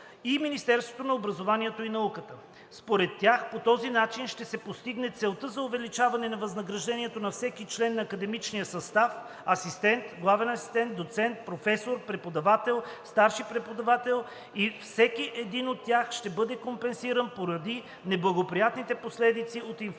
и Министерството на образованието и науката. Според тях по този начин ще се постигне целта за увеличаване на възнаграждението на всеки член на академичния състав – асистент, главен асистент, доцент, професор, преподавател, старши преподавател, и всеки един от тях ще бъде компенсиран поради неблагоприятните последици от инфлационните